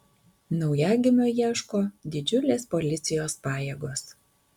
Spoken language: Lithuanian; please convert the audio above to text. naujagimio ieško didžiulės policijos pajėgos